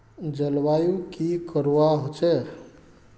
जलवायु की करवा होचे?